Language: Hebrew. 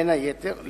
בין היתר,